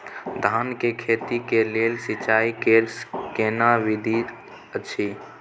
धान के खेती के लेल सिंचाई कैर केना विधी अछि?